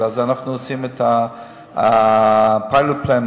ובגלל זה אנחנו עושים ה-Pilot Plan,